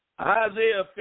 Isaiah